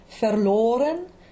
verloren